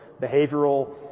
behavioral